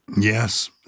Yes